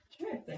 Sure